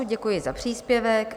Děkuji za příspěvek.